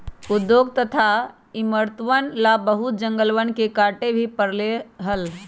उद्योग तथा इमरतवन ला बहुत जंगलवन के काटे भी पड़ले हल